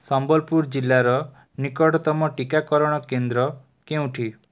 ସମ୍ବଲପୁର ଜିଲ୍ଲାର ନିକଟତମ ଟିକାକରଣ କେନ୍ଦ୍ର କେଉଁଠି